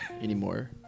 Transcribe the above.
anymore